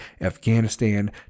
Afghanistan